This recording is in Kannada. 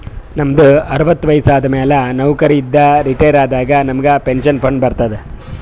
ನಮ್ದು ಅರವತ್ತು ವಯಸ್ಸು ಆದಮ್ಯಾಲ ನೌಕರಿ ಇಂದ ರಿಟೈರ್ ಆದಾಗ ನಮುಗ್ ಪೆನ್ಷನ್ ಫಂಡ್ ಬರ್ತುದ್